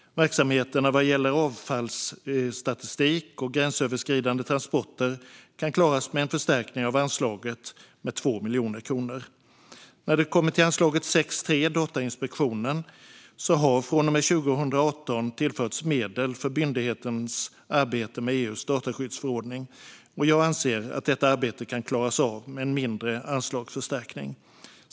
Verksamheterna vad gäller avfallsstatistik och gränsöverskridande transporter kan klaras med en förstärkning av anslaget med 2 miljoner kronor. När det kommer till anslaget 6:3 Datainspektionen har från och med 2018 tillförts medel för myndighetens arbete med EU:s dataskyddsförordning. Jag anser att detta arbete kan klaras av med en mindre anslagsförstärkning.